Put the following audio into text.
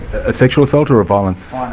a sexual assault or a violence?